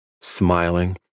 smiling